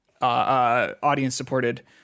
audience-supported